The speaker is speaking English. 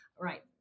right